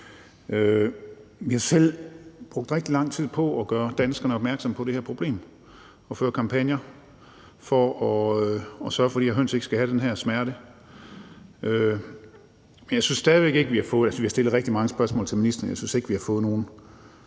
Jeg har selv brugt rigtig lang tid på at gøre danskerne opmærksom på det her problem og ført kampagner for at sørge for, at de høns ikke skal have den her smerte. Men jeg synes stadig væk ikke, at vi har fået noget.